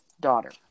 daughter